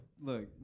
Look